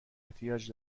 احتیاج